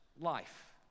Life